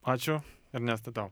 ačiū ernesta tau